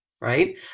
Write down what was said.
right